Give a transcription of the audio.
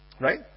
right